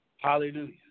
Hallelujah